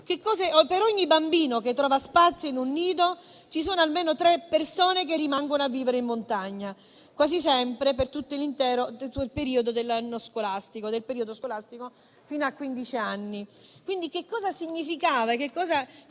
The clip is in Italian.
Per ogni bambino che trova spazio in un nido, ci sono almeno tre persone che rimangono a vivere in montagna, quasi sempre per tutto il periodo dell'anno scolastico fino a quindici anni.